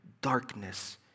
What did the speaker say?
Darkness